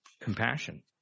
compassion